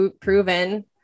proven